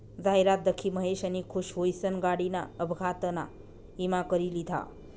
जाहिरात दखी महेशनी खुश हुईसन गाडीना अपघातना ईमा करी लिधा